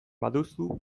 baduzu